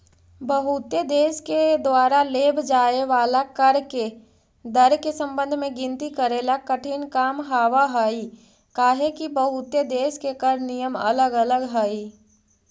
बहुते देश के द्वारा लेव जाए वाला कर के दर के संबंध में गिनती करेला कठिन काम हावहई काहेकि बहुते देश के कर नियम अलग अलग हई